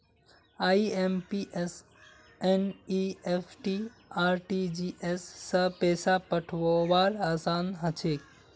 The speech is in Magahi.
आइ.एम.पी.एस एन.ई.एफ.टी आर.टी.जी.एस स पैसा पठऔव्वार असान हछेक